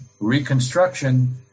reconstruction